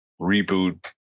reboot